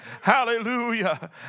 Hallelujah